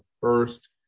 first